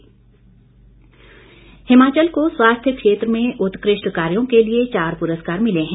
पुरस्कार हिमाचल को स्वास्थ्य क्षेत्र में उत्कृष्ट कार्यो के लिए चार पुरस्कार मिले हैं